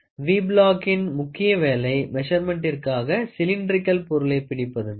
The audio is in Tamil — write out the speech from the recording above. வி பிளாக் இன் முக்கிய வேலை மெசர்மென்ட்டிற்காக சிலிண்ட்றிகல் பொருளை பிடிப்பது தான்